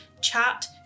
chat